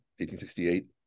1868